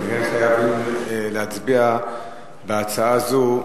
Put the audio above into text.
נהיה חייבים להצביע בהצעה זו,